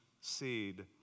seed